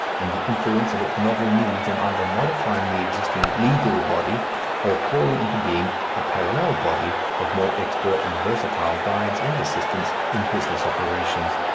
and the influence of its novel needs in either modifying the existing legal body or calling into being a parallel body of more expert and versatile guides and assistants in business operations.